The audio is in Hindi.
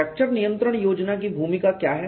फ्रैक्चर नियंत्रण योजना की भूमिका क्या है